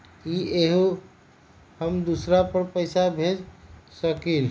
इ सेऐ हम दुसर पर पैसा भेज सकील?